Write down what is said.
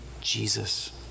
Jesus